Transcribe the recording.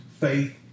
faith